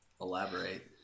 elaborate